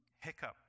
hiccup